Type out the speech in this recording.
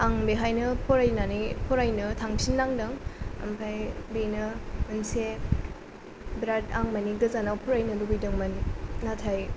आं बेहायनो फरायनायनानै फारायनो थांफिननांदों ओमफ्राय बेनो मोनसे बिराद आं माने गोजानाव फरायनो लुगैदोंमोन नाथाय